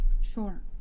Sure